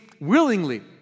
willingly